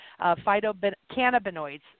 phytocannabinoids